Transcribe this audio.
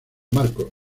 marcos